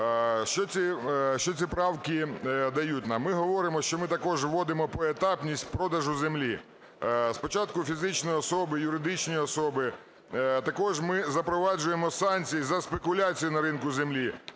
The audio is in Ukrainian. Що ці правки дають нам? Ми говоримо, що ми також водимо поетапність продажу землі. Спочатку фізичної особи, юридичної особи, також ми запроваджуємо санкції за спекуляцію на ринку землі.